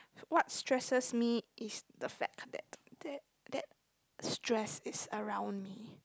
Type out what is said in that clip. what stresses me is the fact that that that stress is around me